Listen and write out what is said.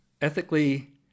ethically